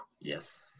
Yes